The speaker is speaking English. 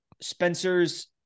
spencer's